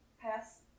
Pass